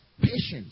patience